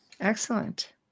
Excellent